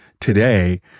today